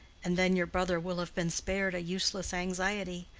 and then your brother will have been spared a useless anxiety.